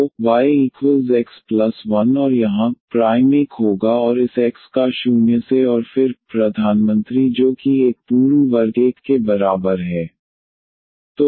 तो y x 1 और यहाँ y प्राइम 1 होगा और इस x का शून्य से और फिर y प्रधानमंत्री जो कि 1 पूर्ण वर्ग 1 के बराबर है